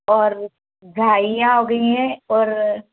और झाइयाँ हो गई हैं और